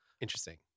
Interesting